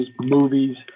movies